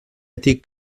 ètic